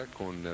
con